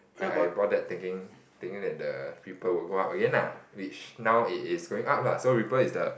I I bought that thinking thinking that the Ripple will go up again lah which now it is going up lah so Ripple is the